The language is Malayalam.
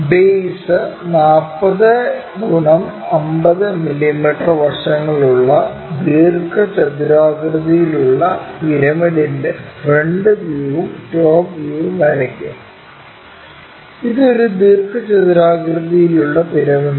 ബേസ് 40 X 50 മില്ലീമീറ്റർ വശങ്ങളിലുള്ള ദീർഘചതുരാകൃതിയിലുള്ള പിരമിഡിന്റെ ഫ്രണ്ട് വ്യൂവും ടോപ് വ്യൂവും വരയ്ക്കുക ഇത് ഒരു ദീർഘചതുരാകൃതിയിലുള്ള പിരമിഡാണ്